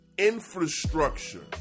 infrastructure